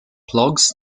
plugs